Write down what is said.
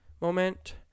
moment